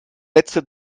letzte